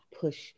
push